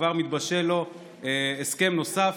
וכבר מתבשל לו הסכם נוסף